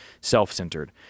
self-centered